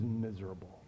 miserable